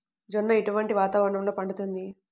జొన్న ఎటువంటి వాతావరణంలో పండుతుంది?